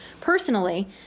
personally